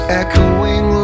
echoing